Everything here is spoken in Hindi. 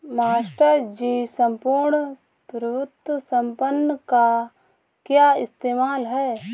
मास्टर जी सम्पूर्ण प्रभुत्व संपन्न का क्या इस्तेमाल है?